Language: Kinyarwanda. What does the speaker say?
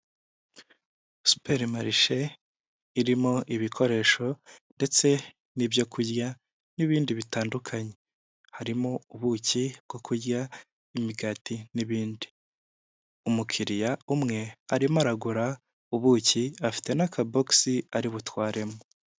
Supermarhe irimo ibikoresho ndetse n'ibyo kurya, n'ibindi bitandukanye harimo ubuki bwo kurya imigati n'ibindi .Umukiriya umwe arimo aragura ubuki afite n'akabox ari butwaremo.